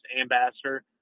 ambassador